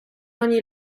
ogni